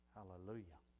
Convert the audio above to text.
Hallelujah